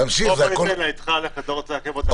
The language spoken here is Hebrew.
היא צריכה ללכת, לא רוצה לעכב אותה.